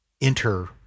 enter